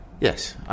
Yes